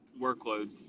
workload